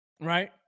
right